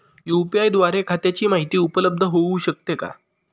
UPI द्वारे खात्याची माहिती उपलब्ध होऊ शकते का?